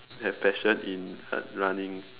have passion in running